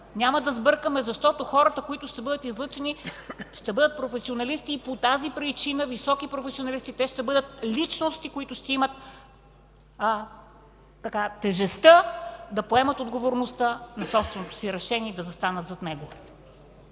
няма да сбъркаме, защото хората, които ще бъдат излъчени, ще бъдат високи професионалисти и по тази причина те ще бъдат личности, които ще имат тежестта да поемат отговорността на собственото си решение и да застанат зад него.